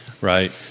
right